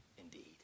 Indeed